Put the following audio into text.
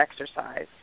exercise